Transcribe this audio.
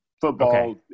Football